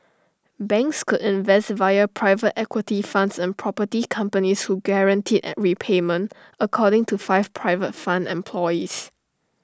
banks could invest via private equity funds in property companies who guaranteed repayment according to five private fund employees